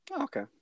okay